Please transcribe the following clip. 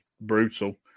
brutal